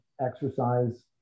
exercise